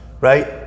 right